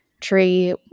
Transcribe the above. tree